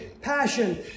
passion